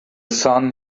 sun